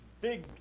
big